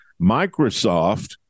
Microsoft